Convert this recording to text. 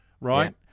right